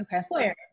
square